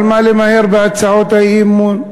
על מה למהר בהצעות האי-אמון?